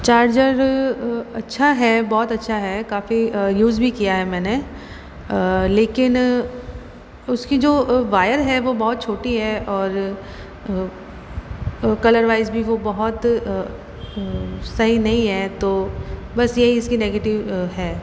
charger अच्छा है बहुत अच्छा है काफ़ी यूज़ भी किया है मैंने लेकिन उसकी जो वायर है वो बहुत छोटी है और कलर वाइज भी वो बहुत सही नहीं है तो बस यही इसकी नेगेटिव है